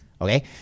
Okay